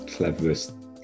cleverest